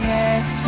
Yes